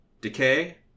Decay